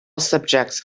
subjects